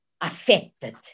affected